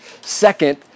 Second